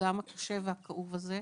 וגם הקשה והכאוב הזה.